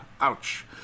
Ouch